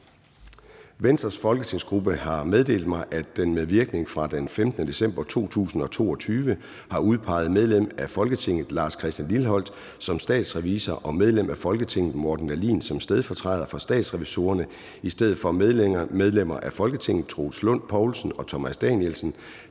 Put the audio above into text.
Venstres folketingsgruppe har meddelt mig, at den med virkning fra den 15. december 2022 har udpeget medlem af Folketinget Lars Christian Lilleholt som statsrevisor og medlem af Folketinget Morten Dahlin som stedfortræder i stedet for henholdsvis medlem af Folketinget Troels Lund Poulsen og medlem